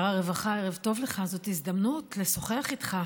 שר הרווחה, ערב טוב לך, זאת הזדמנות לשוחח איתך,